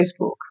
Facebook